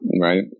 right